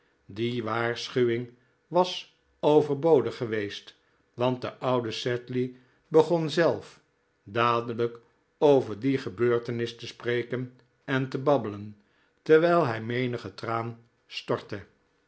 die waarschuwing was overbodig geweest want de oude sedley begon zelf dadelijk over die gebeurtenis te spreken en te babbelen terwijl hij menigen traan stortte